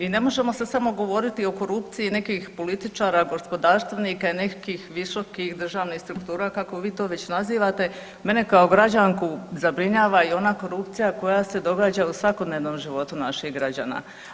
I ne možemo se samo govoriti o korupciji nekih političara gospodarstvenika i nekih visokih državnih struktura kako vi to već nazivate, mene kao građanku zabrinjava i ona korupcija koja se događa u svakodnevnom životu naših građana.